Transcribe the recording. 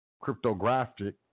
cryptographic